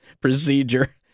procedure